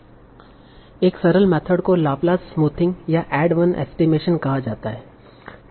एक सरल मेथड को लाप्लास स्मूथिंग या ऐड वन एस्टीमेशन कहा जाता है